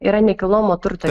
yra nekilnojamo turto